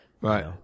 Right